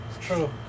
true